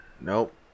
Nope